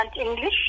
English